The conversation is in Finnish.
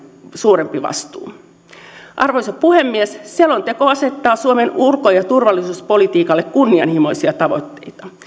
suurempi vastuu arvoisa puhemies selonteko asettaa suomen ulko ja turvallisuuspolitiikalle kunnianhimoisia tavoitteita